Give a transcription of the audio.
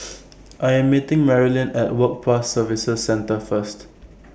I'm meeting Maryellen At Work Pass Services Centre First